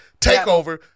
takeover